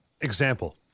Example